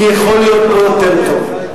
כי יכול להיות פה יותר טוב,